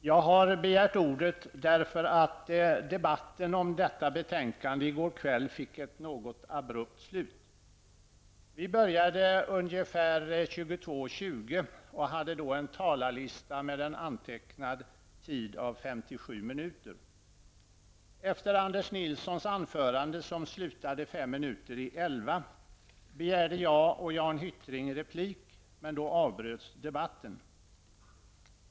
Herr talman! Jag har begärt ordet därför att debatten om detta betänkande i går kväll fick ett något abrupt slut. Vi började ungefär kl. 22.20 och hade då en talarlista med en antecknad tid av 57 minuter. Efter Anders Nilssons anförande, som slutade fem minuter i elva, begärde jag och Jan Hyttring replik, men då avbröts debatten.